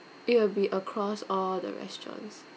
it will be across all the restaurants